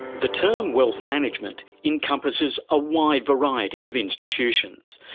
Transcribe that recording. the term wealth management encompasses a wide variety of institutions.